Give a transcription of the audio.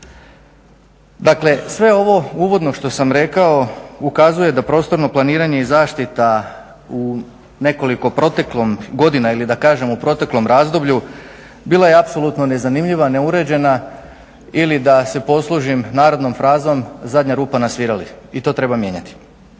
Dakle, sve ovo uvodno što sam rekao ukazuje da prostorno planiranje i zaštita u nekoliko proteklih godina ili da kažem u proteklom razdoblju bilo je apsolutno nezanimljiva, neuređena ili da se poslužim narodnom frazom, zadnja rupa na svirali i to treba mijenjati.